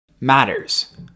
matters